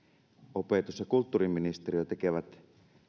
opetus ja kulttuuriministeriö tekevät